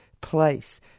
place